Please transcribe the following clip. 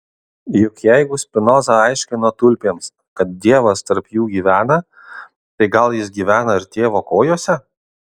juk jeigu spinoza aiškino tulpėms kad dievas tarp jų gyvena tai gal jis gyvena ir tėvo kojose